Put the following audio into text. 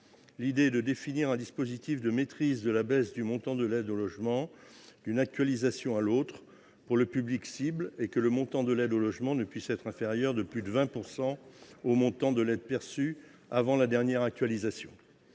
l'idée est de définir un dispositif de maîtrise de la baisse du montant de l'aide au logement d'une actualisation à l'autre pour le public cible et que le montant de l'aide au logement ne puisse être inférieur de plus de 20 pourcent au montant de l'aide perçue avant la dernière actualisation